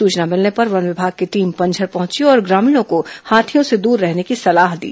सूचना मिलने पर वन विभाग की टीम पनझर पहंची और ग्रामीणों को हाथियों से दूर रहने की सलाह दी